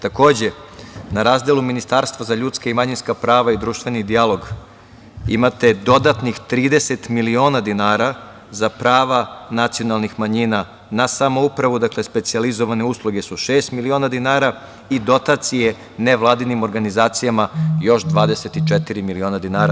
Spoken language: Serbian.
Takođe, na razdelu Ministarstva za ljudska i manjinska prava i društveni dijalog imate dodatnih 30 miliona dinara za prava nacionalnih manjina na samoupravu, dakle specijalizovane usluge su šest miliona dinara i dotacije nevladinim organizacijama još 24 miliona dinara.